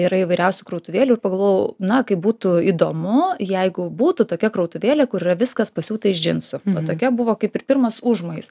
yra įvairiausių krautuvėlių ir pagalvojau na kaip būtų įdomu jeigu būtų tokia krautuvėlė kur yra viskas pasiūta iš džinsų va tokia buvo kaip ir pirmas užmojis